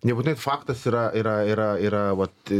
nebūtinai faktas yra yra yra yra vat